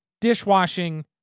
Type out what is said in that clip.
Dishwashing